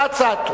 זו הצעתו.